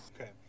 Okay